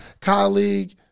colleague